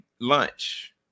lunch